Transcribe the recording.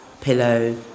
pillow